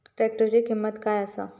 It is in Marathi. ट्रॅक्टराची किंमत काय आसा?